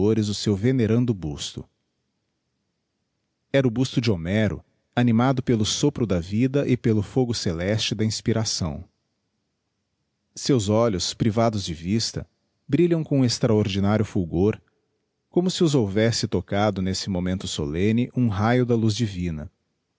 o seu venerando busto era o busto de homero animado pelo sopro da tida e pelo fogo celeste da inspiração seus olhos privados de vista brilham com extraordinário fulgor como se os houvesse tocado nesse momento solemne um raio da luz divina